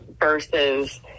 Versus